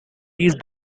these